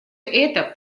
это